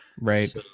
right